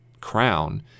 crown